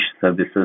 services